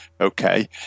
Okay